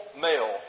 male